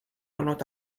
olnud